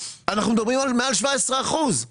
אנחנו מדברים על מעל 17%. לשנה.